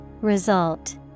Result